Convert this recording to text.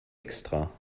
extra